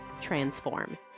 transform